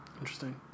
Interesting